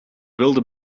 wilde